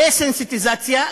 דסנסיטיזציה,